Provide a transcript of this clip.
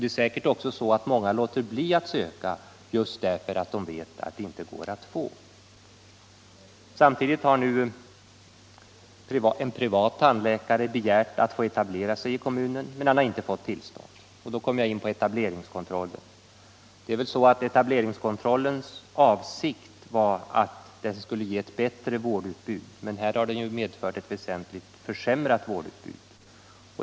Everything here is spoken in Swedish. Det är säkerligen också så att många låter bli att söka just därför att de vet att det inte går att få vård. Samtidigt har nu en privat tandläkare begärt att få etablera sig i kommunen, men han har inte fån ullstånd. Då kommer jag in på etableringskontroHen. Avsikten med etableringskontrollen var väl att den skulle ge ewt bättre vårdutbud, men här har den ju medfört et väsentligt försämrat vårdutbud.